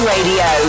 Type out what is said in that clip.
Radio